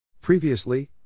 Previously